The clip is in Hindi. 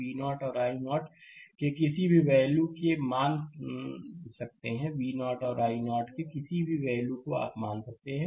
V0 और i0 के किसी भी वैल्यू के मान सकते हैं कि V0 और i0 के किसी भी वैल्यूको आप मान सकते हैं